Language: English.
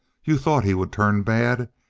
you thought he would turn bad.